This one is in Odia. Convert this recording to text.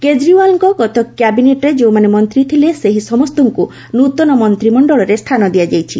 କେଜରିୱାଲଙ୍କ ଗତ କ୍ୟାବିନେଟ୍ରେ ଯେଉଁମାନେ ମନ୍ତ୍ରୀ ଥିଲେ ସେହି ସମସ୍ତଙ୍କୁ ନୂତନ ମନ୍ତ୍ରିମଣ୍ଡଳରେ ସ୍ଥାନ ଦିଆଯାଇଛି